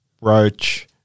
Roach